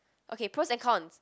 okay pros and cons